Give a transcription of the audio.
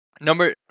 Number